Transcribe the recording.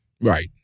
Right